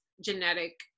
genetic